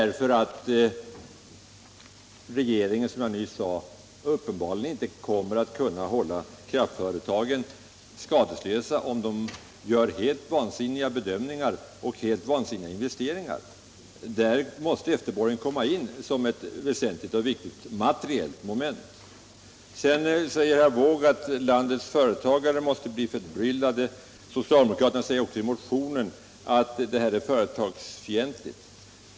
Som jag nyss sade, kommer regeringen uppenbarligen inte att hålla kraftföretagen skadeslösa, om de gör helt omöjliga bedömningar och helt vansinniga investeringar. Därför måste efterborgen komma in som ett väsentligt materiellt moment. Sedan sade herr Wååg att landets företagare måste bli förbryllade. Socialdemokraterna har också skrivit i motionen att propositionen är företagsfientlig.